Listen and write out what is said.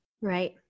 Right